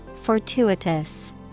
Fortuitous